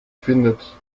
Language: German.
findet